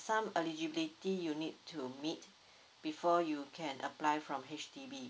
some eligibility you need to meet before you can apply from H_D_B